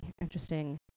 interesting